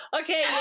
okay